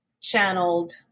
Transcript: channeled